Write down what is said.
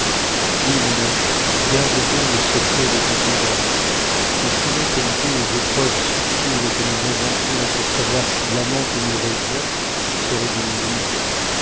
oui mon ange garde bien le secret de ta tendresse et soumets felipe aux épreuves subtiles que nous inventions pour savoir si l'amant que nous rêvions serait digne de nous